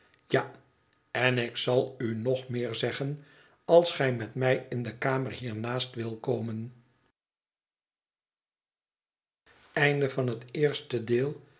ija en ik zal u nog meer zeggen als gij met mij in de kamer hiernaast wilt komen